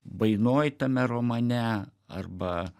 bainoj tame romane arba